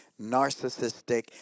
narcissistic